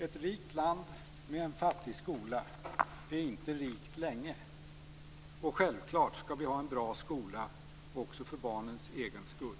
Ett rikt land med en fattig skola är inte rikt länge. Och självklart skall vi också ha en bra skola för barnens egen skull.